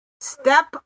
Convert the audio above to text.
Step